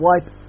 wipe